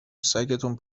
سگتون